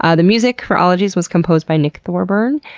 ah the music for ologies was composed by nick thorburn.